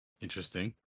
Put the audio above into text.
Interesting